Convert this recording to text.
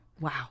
Wow